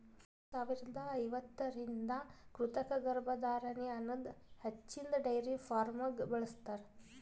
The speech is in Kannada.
ಒಂದ್ ಸಾವಿರದಾ ಐವತ್ತರಿಂದ ಕೃತಕ ಗರ್ಭಧಾರಣೆ ಅನದ್ ಹಚ್ಚಿನ್ದ ಡೈರಿ ಫಾರ್ಮ್ದಾಗ್ ಬಳ್ಸತಾರ್